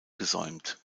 gesäumt